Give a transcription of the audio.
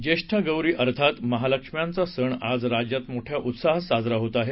ज्येष्ठा गौरी अर्थात महालक्षम्यांचा सण आज राज्यात मोठ्या उत्साहात साजरा होत आहे